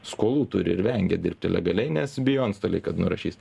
skolų turi ir vengia dirbti legaliai nes bijo antstoliai kad nurašys